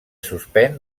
suspèn